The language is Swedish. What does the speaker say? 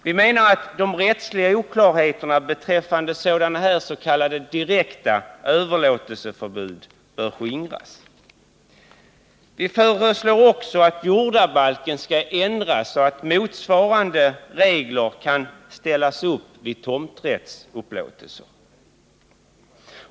Vi menar att de rättsliga oklarheterna Vi föreslår också att jordabalken skall ändras så att motsvarande regler kan ställas upp för tomträttsupplåtelser.